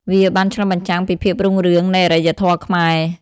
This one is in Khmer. វាបានឆ្លុះបញ្ចាំងពីភាពរុងរឿងនៃអរិយធម៌ខ្មែរ។